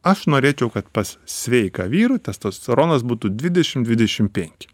aš norėčiau kad pas sveiką vyrų testosteronas būtų dvidešim dvidešim penki